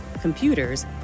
computers